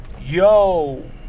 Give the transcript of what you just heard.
yo